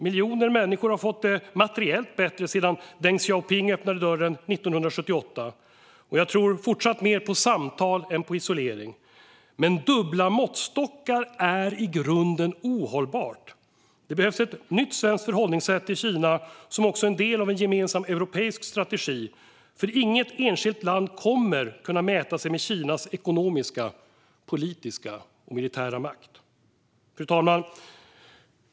Miljoner människor har fått det materiellt bättre sedan Deng Xiaoping öppnade dörren 1978. Jag tror även i fortsättningen mer på samtal än på isolering. Men dubbla måttstockar är i grunden ohållbart. Det behövs ett nytt svenskt förhållningssätt till Kina som också är en del av en gemensam europeisk strategi. Inget enskilt land kommer nämligen att kunna mäta sig med Kinas ekonomiska, politiska och militära makt. Fru talman!